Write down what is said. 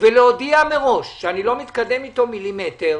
ולהודיע מראש שאני לא מתקדם איתה מילימטר.